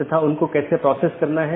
इसमें स्रोत या गंतव्य AS में ही रहते है